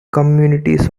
communities